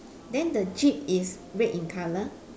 then the jeep is red in color